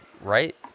right